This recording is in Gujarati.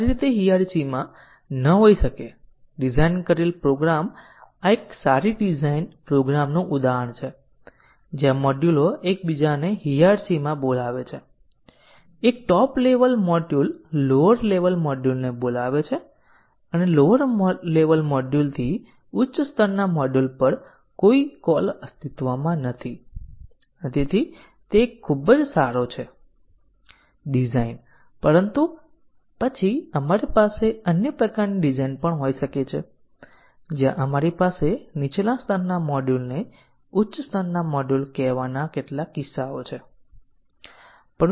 હવે ચાલો બીજી વ્હાઇટ બોક્સ ટેસ્ટીંગ ટેકનીક જોઈએ જે મ્યુટેશન ટેસ્ટીંગ છે અને આપણે કહ્યું હતું કે મ્યુટેશન ટેસ્ટીંગ એ કવરેજ ટેસ્ટીંગ નથી પરંતુ તે ફોલ્ટ આધારિત ટેસ્ટીંગ ટેકનીક છે જ્યાં આપણે પ્રોગ્રામમાં ચોક્કસ પ્રકારની ખામી રજૂ કરીએ છીએ અને પછી તે પ્રકારના ફોલ્ટ સામે ટેસ્ટીંગ કેસો અસરકારક છે કે કેમ તે તપાસો